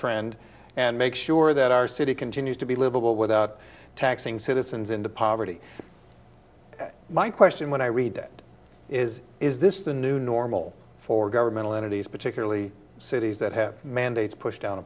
trend and make sure that our city continues to be livable without taxing citizens into poverty my question when i read that is is this the new normal for governmental entities particularly cities that have mandates pushed down